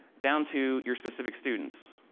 down to your specific students,